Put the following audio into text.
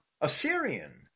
Assyrian